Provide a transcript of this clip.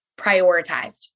prioritized